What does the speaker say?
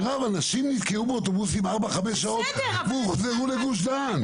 אבל אנשים נתקעו באוטובוסים ארבע חמש שעות והוחזרו לגוש דן.